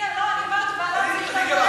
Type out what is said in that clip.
שהוא מחזק אותך.